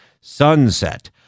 sunset